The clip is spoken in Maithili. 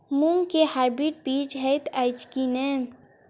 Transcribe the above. मूँग केँ हाइब्रिड बीज हएत अछि की नै?